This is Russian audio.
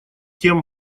тем